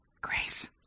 Grace